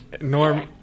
Norm